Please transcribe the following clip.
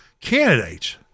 candidates